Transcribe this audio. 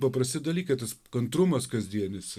paprasti dalykai tas kantrumas kasdienis